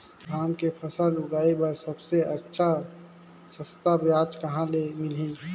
धान के फसल उगाई बार सबले अच्छा सस्ता ब्याज कहा ले मिलही?